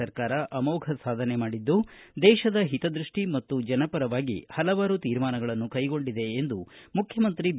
ಸರ್ಕಾರ ಅಮೋಫ ಸಾಧನೆ ಮಾಡಿದ್ದು ದೇಶದ ಹಿತದೃಷ್ಟಿ ಮತ್ತು ಜನಪರವಾಗಿ ಪಲವಾರು ತೀರ್ಮಾನಗಳನ್ನು ಕೈಗೊಂಡಿದೆ ಎಂದು ಮುಖ್ಯಮಂತ್ರಿ ಬಿ